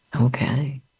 Okay